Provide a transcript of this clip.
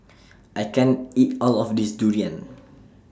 I can't eat All of This Durian